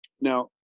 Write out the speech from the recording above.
Now